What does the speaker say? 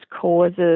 causes